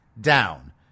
down